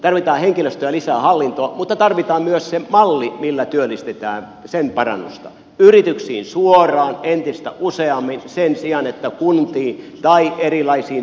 tarvitaan henkilöstöä lisää hallintoon mutta tarvitaan myös sen mallin parannusta millä työllistetään yrityksiin suoraan entistä useammin sen sijaan että kuntiin tai erilaisiin työpajoihin